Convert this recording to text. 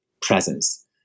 presence